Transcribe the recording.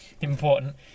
important